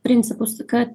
principus kad